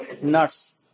Nuts